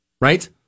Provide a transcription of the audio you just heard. right